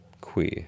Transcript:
queer